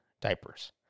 diapers